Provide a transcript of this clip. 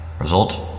Result